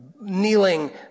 kneeling